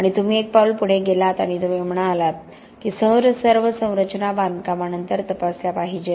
आणि तुम्ही एक पाऊल पुढे गेलात आणि तुम्ही म्हणाल की सर्व संरचना बांधकामानंतर तपासल्या पाहिजेत